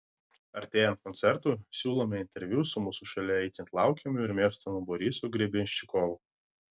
artėjant koncertui siūlome interviu su mūsų šalyje itin laukiamu ir mėgstamu borisu grebenščikovu